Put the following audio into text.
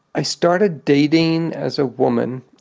i started dating as a woman,